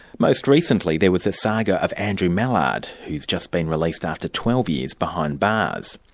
most recently there was the saga of andrew mallard, who's just been released after twelve years behind bars.